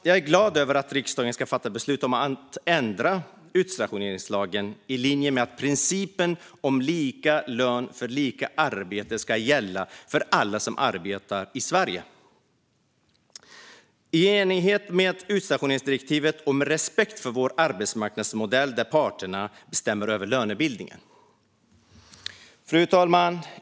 Jag är glad över att riksdagen ska fatta beslut om att ändra utstationeringslagen i linje med att principen om lika lön för lika arbete ska gälla för alla som arbetar i Sverige i enlighet med utstationeringsdirektivet och med respekt för vår arbetsmarknadsmodell, där parterna bestämmer över lönebildningen. Fru talman!